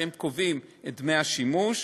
והם קובעים את דמי השימוש.